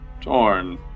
torn